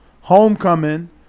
homecoming